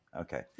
Okay